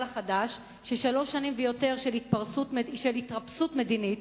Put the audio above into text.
החדש ששלוש שנים ויותר של התרפסות מדינית,